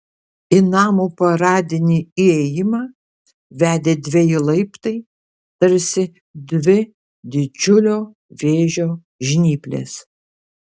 į namo paradinį įėjimą vedė dveji laiptai tarsi dvi didžiulio vėžio žnyplės